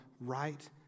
right